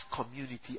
community